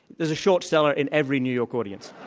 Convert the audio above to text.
is a short seller in every new york audience.